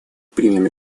примем